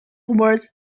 was